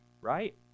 right